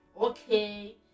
okay